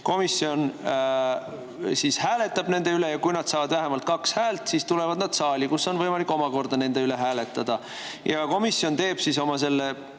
komisjon hääletab nende üle ja kui need saavad vähemalt kaks häält, siis tulevad need saali, kus on võimalik omakorda nende üle hääletada. Komisjon teeb oma selle